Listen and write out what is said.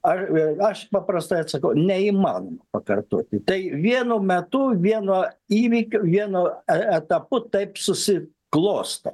ar aš paprastai atsakau neįmanoma pakartoti tai vienu metu vieno įvykio vieno etapu taip susiklosto